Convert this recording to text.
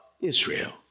Israel